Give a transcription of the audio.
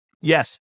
Yes